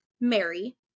Mary